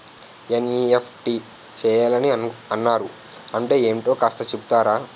NEFT చేయాలని అన్నారు అంటే ఏంటో కాస్త చెపుతారా?